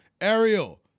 Ariel